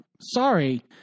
Sorry